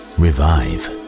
revive